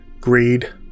greed